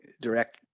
direct